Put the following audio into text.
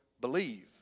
believe